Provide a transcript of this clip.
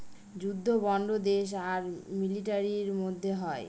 যুদ্ধ বন্ড দেশ আর মিলিটারির মধ্যে হয়